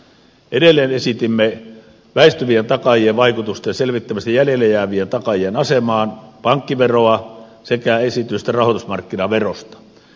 edelleen esitimme väistyvien takaajien vaikutusten selvittämistä jäljelle jäävien takaajien asemaan pankkiveroa sekä esitystä rahoitusmarkkinaverosta